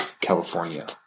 California